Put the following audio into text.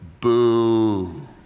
boo